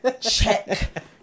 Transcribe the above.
Check